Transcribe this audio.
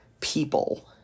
people